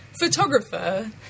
photographer